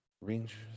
Rangers